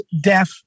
deaf